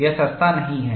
यह सस्ता नहीं है